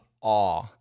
awe